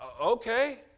Okay